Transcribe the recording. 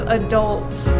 adults